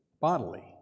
bodily